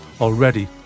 already